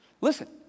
Listen